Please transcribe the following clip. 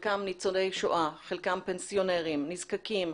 חלקם ניצולי שואה וחלקם פנסיונרים ונזקקים.